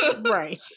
Right